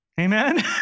Amen